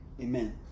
Amen